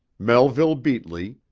melville beatley,